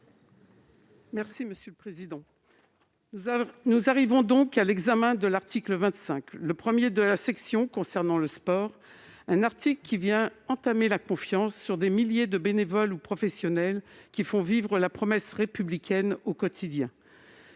Mme Raymonde Poncet Monge. Nous arrivons à l'examen de l'article 25, le premier de la section concernant le sport. Cet article vient entamer la confiance des milliers de bénévoles ou professionnels qui font vivre la promesse républicaine au quotidien.